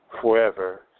forever